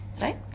Right